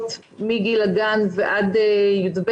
גם "נוער,